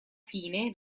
fine